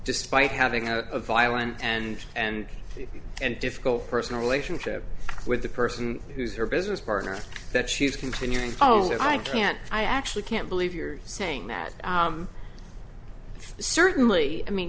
despite having out a violent and and and difficult personal relationship with the person who's her business partner that she is continuing to follow that i can't i actually can't believe you're saying that certainly i mean